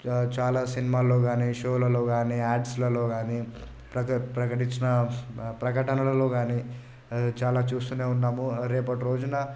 చాలా సినిమాల్లో కాని షోలలో కాని యాడ్స్లల్లో కాని ప్రక ప్రకటించిన ప్రకటనలల్లో కాని చాలా చూస్తూనే ఉన్నాము రేపటి రోజున